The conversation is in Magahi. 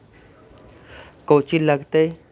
कौची लगतय?